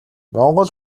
монгол